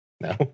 no